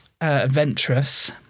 adventurous